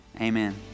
amen